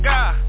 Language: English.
God